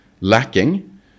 lacking